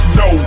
no